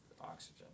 oxygen